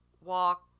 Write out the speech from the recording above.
walk